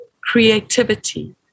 creativity